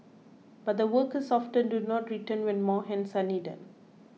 but the workers often do not return when more hands are needed